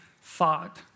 thought